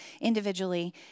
individually